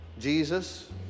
Jesus